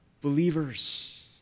believers